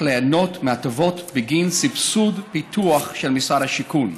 ליהנות מהטבות בגין סבסוד פיתוח של משרד השיכון.